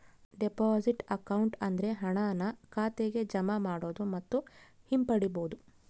deposit account ಅಂದ್ರೆ ಹಣನ ಖಾತೆಗೆ ಜಮಾ ಮಾಡೋದು ಮತ್ತು ಹಿಂಪಡಿಬೋದು